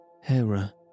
Hera